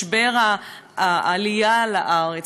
משבר העלייה לארץ,